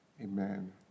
Amen